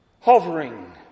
hovering